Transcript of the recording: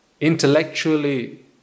intellectually